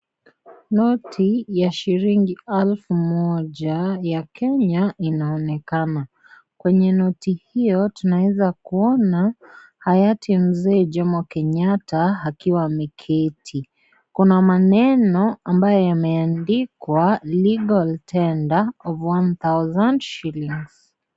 Noti ya shilingi alfu moja ya Kenya inaonekana. Kwenye noti hio, tunaweza kuona hayati mzee Joo Kenyatta akiwa ameketi. Kuna maneno ambayo yameandikwa legal tender of one thousand shillings .